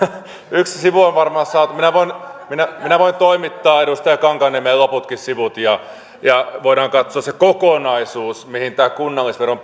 yksi sivu on varmaan saatu minä minä voin toimittaa edustaja kankaanniemelle loputkin sivut ja ja voidaan katsoa se kokonaisuus mistä tämä kunnallisveron